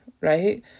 right